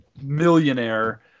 millionaire